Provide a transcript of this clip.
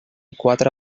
quatre